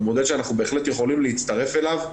מודל שאנחנו בהחלט יכולים להצטרף אליו.